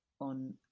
on